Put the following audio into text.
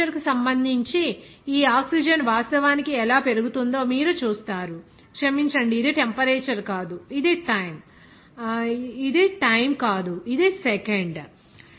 temperature కు సంబంధించి ఈ ఆక్సిజన్ వాస్తవానికి ఎలా పెరుగుతుందో మీరు చూస్తారు క్షమించండి అది టెంపరేచర్ కాదు ఇది టైమ్ క్షమించండి ఇది టైమ్ ఇది సెకండ్